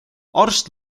arst